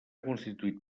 constituït